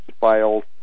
files